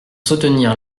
soutenir